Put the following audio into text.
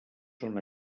són